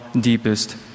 deepest